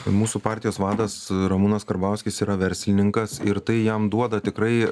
mūsų partijos vadas ramūnas karbauskis yra verslininkas ir tai jam duoda tikrai